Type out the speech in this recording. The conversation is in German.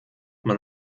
man